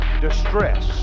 distress